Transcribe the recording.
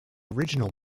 original